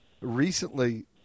Recently